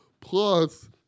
Plus